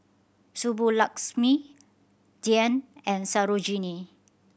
Subbulakshmi Dhyan and Sarojini